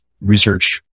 research